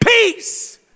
peace